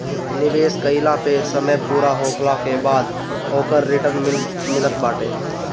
निवेश कईला पअ समय पूरा होखला के बाद ओकर रिटर्न मिलत बाटे